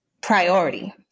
priority